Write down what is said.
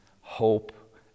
hope